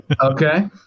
Okay